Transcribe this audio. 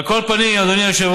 על כל פנים, אדוני היושב-ראש,